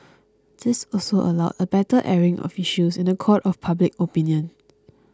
this also allowed a better airing of issues in the court of public opinion